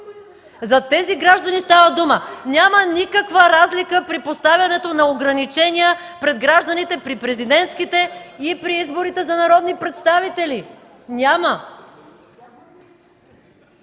Искра Фидосова.) Няма никаква разлика при поставянето на ограничения пред гражданите при президентските и при изборите за народни представители.